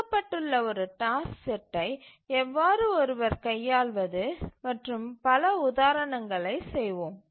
கொடுக்கப்பட்டுள்ள ஒரு டாஸ்க் செட்டை எவ்வாறு ஒருவர் கையாள்வது மற்றும் பல உதாரணங்களைச் செய்வோம்